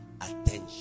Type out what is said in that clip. attention